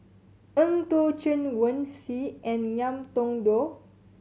Eng Tow Chen Wen Hsi and Ngiam Tong Dow